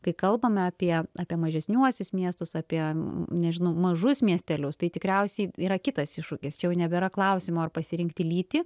kai kalbame apie apie mažesniuosius miestus apie nežinau mažus miestelius tai tikriausiai yra kitas iššūkis čia jau nebėra klausimo ar pasirinkti lytį